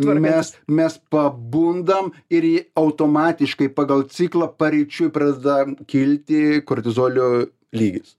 mes mes pabundam ir ji automatiškai pagal ciklą paryčiui pradeda kilti kortizolio lygis